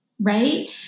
right